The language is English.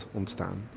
ontstaan